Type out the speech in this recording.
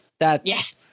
yes